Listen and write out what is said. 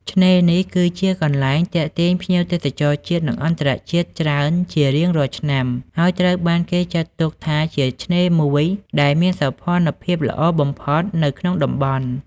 ឆ្នេរនេះគឺជាទីកន្លែងទាក់ទាញភ្ញៀវទេសចរជាតិ និងអន្តរជាតិច្រើនជារៀងរាល់ឆ្នាំ ហើយត្រូវបានគេចាត់ទុកថាជាឆ្នេរមួយដែលមានសោភ័ណភាពល្អបំផុតនៅ ក្នុងតំបន់។